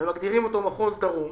ומגדירים אותו "מחוז דרום",